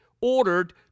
ordered